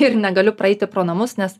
ir negaliu praeiti pro namus nes